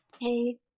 Hey